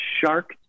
Shark